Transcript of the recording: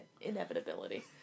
inevitability